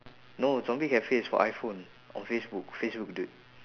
no zombie cafe is for iphone on facebook facebook dude